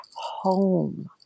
home